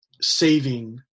saving